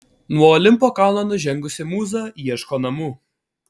nuo olimpo kalno nužengusi mūza ieško namų